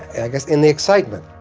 i guess in the excitement,